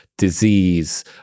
disease